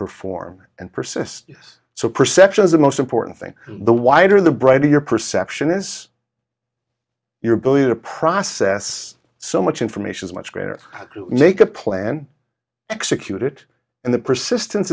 perform and persist so perception is the most important thing the wider the brighter your perception is your ability to process so much information is much greater to make a plan execute it and the persistence